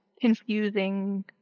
confusing